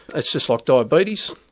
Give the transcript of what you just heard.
it's just like diabetes,